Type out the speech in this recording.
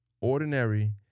Ordinary